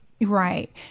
Right